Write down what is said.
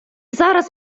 зараз